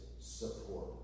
support